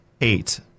eight